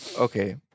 okay